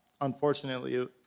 unfortunately